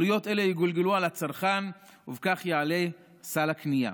והעלויות האלה יגולגלו על הצרכן ובכך יעלה סל הקנייה.